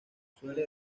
suele